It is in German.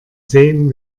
sehen